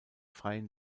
freien